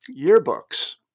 yearbooks